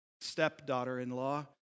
stepdaughter-in-law